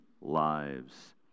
lives